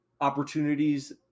opportunities